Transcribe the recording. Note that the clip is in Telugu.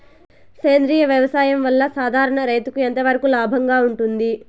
సేంద్రియ వ్యవసాయం వల్ల, సాధారణ రైతుకు ఎంతవరకు లాభంగా ఉంటుంది?